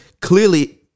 clearly